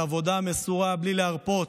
על עבודה מסורה בלי להרפות,